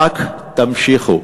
רק תמשיכו,